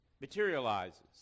materializes